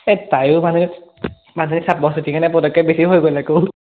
সেই তায়ো মানে মানে চাপৰ চুটি কাৰণে পটককৈ বেছিকৈ হৈ গ'ল আকৌ